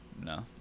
no